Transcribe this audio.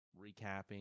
Recapping